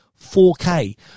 4k